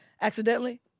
Accidentally